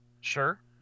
Sure